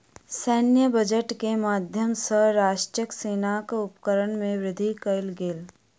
सैन्य बजट के माध्यम सॅ राष्ट्रक सेनाक उपकरण में वृद्धि कयल गेल